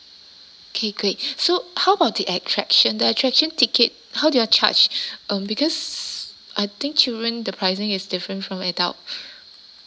okay great so how about the attraction the attraction ticket how do you all charge um because I think children the pricing is different from adult